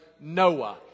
Noah